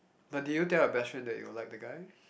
but did you tell your best friend that you will like the guy